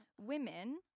women